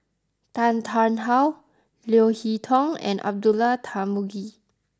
Tan Tarn How Leo Hee Tong and Abdullah Tarmugi